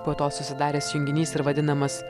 po to susidaręs junginys ir vadinamas